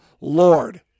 Lord